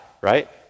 right